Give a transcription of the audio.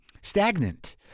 stagnant